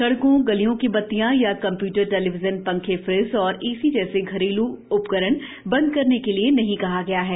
सड़कों गलियों की बतियां या कंप्यूटर टेलीविजन पंखे फ्रिज और एसी जैसे घरेलू बिजली उपकरण बंद करने के लिए नहीं कहा गया है